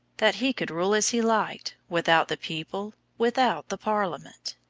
that he could rule as he liked, without the people, without the parliament.